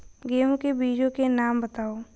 गेहूँ के बीजों के नाम बताओ?